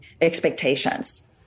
expectations